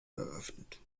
eröffnet